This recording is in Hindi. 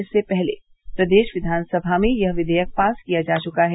इससे पहले प्रदेश विघानसभा में यह क्षियक पास किया जा चुका है